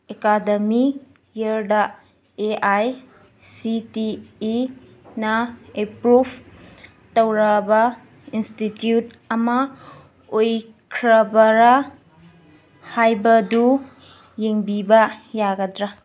academic ꯏꯌꯔꯗ A I C T ꯏꯅ approve ꯇꯧꯔꯕ ꯏꯟꯁꯇꯤꯇ꯭ꯌꯨꯠ ꯑꯃ ꯑꯣꯏꯈ꯭ꯔꯕꯔꯥ ꯍꯥꯏꯕꯗꯨ ꯌꯦꯡꯕꯤꯕ ꯌꯥꯒꯗ꯭ꯔꯥ